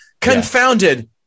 Confounded